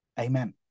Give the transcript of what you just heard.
Amen